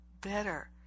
better